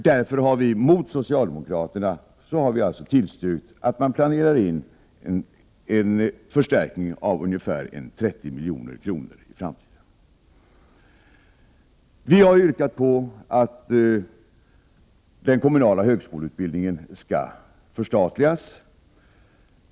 Därför har vi, mot socialdemokraterna, tillstyrkt att man planerar in en förstärkning av ungefär 30 milj.kr. i framtiden. Vi har yrkat på att den kommunala högskoleutbildningen skall förstatligas. Herr talman!